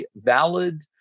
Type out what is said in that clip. valid